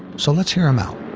so let's hear him out.